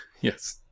Yes